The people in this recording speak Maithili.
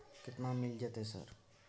केतना मिल जेतै सर?